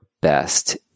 best